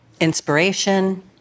inspiration